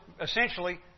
essentially